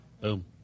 Boom